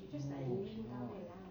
no cannot